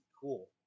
cool